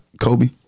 Kobe